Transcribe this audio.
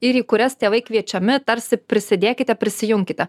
ir į kurias tėvai kviečiami tarsi prisidėkite prisijunkite